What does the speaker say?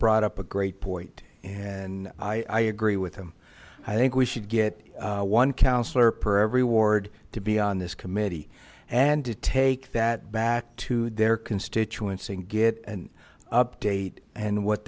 brought up a great point and i i agree with him i think we should get one councillor per every ward to be on this committee and to take that back to their constituents and get an update and what